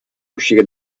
uscire